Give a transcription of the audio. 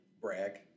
Brag